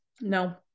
No